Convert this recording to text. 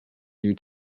new